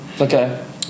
Okay